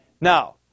Now